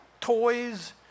toys